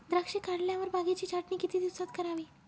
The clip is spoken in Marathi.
द्राक्षे काढल्यावर बागेची छाटणी किती दिवसात करावी?